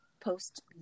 Post